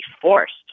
forced